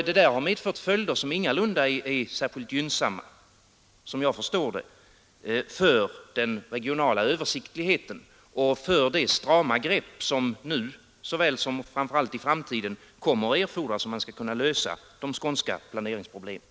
Detta har medfört följder som såvitt jag förstår ingalunda är särskilt gynnsamma för den regionala överskådligheten och för de strama grepp som nu såväl som i framtiden och framför allt då kommer att erfordras om man skall kunna lösa de skånska planeringsproblemen.